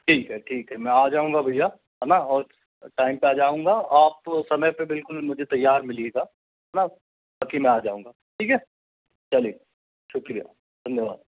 ठीक है ठीक है मैं आ जाऊँगा भैया है ना और टाइम पर आ जाऊँगा आप समय पर बिल्कुल मुझे तैयार मिलिएगा है ना बाकी मैं आ जाऊँगा ठीक है चलिए शुक्रिया धन्यवाद